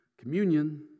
Communion